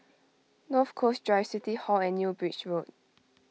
North Coast Drive City Hall and New Bridge Road